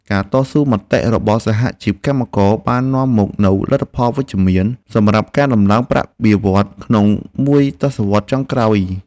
ការតស៊ូមតិរបស់សហជីពកម្មករបាននាំមកនូវលទ្ធផលវិជ្ជមានសម្រាប់ការដំឡើងប្រាក់បៀវត្សរ៍ក្នុងមួយទសវត្សរ៍ចុងក្រោយ។